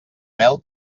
mel